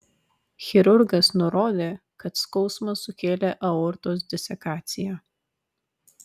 chirurgas nurodė kad skausmą sukėlė aortos disekacija